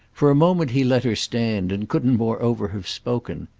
for a moment he let her stand and couldn't moreover have spoken.